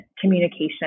communication